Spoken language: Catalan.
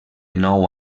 nou